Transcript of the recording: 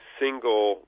single